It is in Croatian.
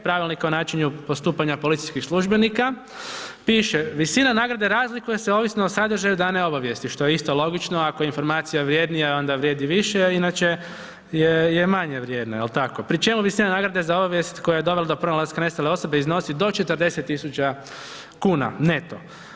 Pravilnika o načinu postupanja policijskih službenika, piše, visina nagrade razlikuje se o sadržaju dane obavijesti, što je isto logično, ako je informacija vrjednija, onda vrijedi više, inače je manje vrijedna, je li tako, pri čemu visina nagrade za obavijest koja je dovela do pronalaska nestale osobe iznosi do 40 tisuća kuna neto.